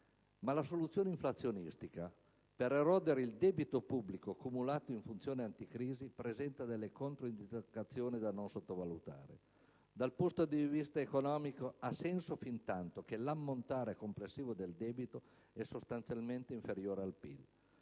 Ma la soluzione inflazionistica per erodere il debito pubblico cumulato in funzione anticrisi presenta delle controindicazioni da non sottovalutare. Dal punto di vista economico, ha senso fintanto che l'ammontare complessivo del debito è sostanzialmente inferiore al PIL.